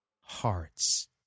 hearts